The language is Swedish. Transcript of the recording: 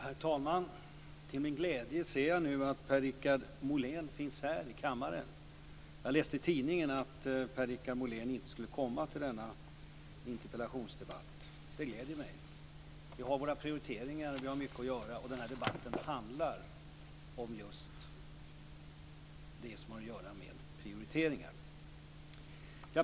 Herr talman! Till min glädje ser jag nu att Per Richard Molén finns här i kammaren. Jag läste i tidningen att Per-Richard Molén inte skulle komma till denna interpellationsdebatt. Det gläder mig att han är här. Vi har våra prioriteringar och vi har mycket att göra, och den här debatten handlar om just det som har att göra med prioriteringar.